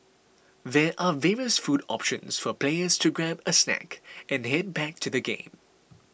there are various food options for players to grab a snack and head back to the game